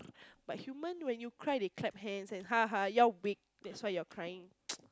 but human when you cry they clap hands and ha ha you're weak that's why you're are crying